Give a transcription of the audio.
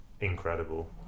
incredible